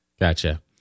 Gotcha